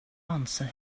answer